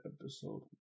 episode